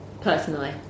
personally